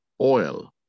oil